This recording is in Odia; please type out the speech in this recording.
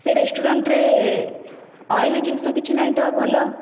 ସେ ରେଷ୍ଟୁରାଣ୍ଟ୍ରେ ଅଏଲି ଜିନିଷ କିଛି ନାହିଁ ତ ସବୁ ଭଲ